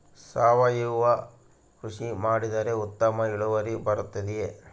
ಸಾವಯುವ ಕೃಷಿ ಮಾಡಿದರೆ ಉತ್ತಮ ಇಳುವರಿ ಬರುತ್ತದೆಯೇ?